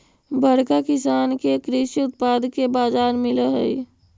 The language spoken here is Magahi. बड़का किसान के कृषि उत्पाद के बाजार मिलऽ हई